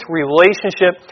relationship